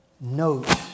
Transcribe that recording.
Note